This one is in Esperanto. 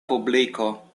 publiko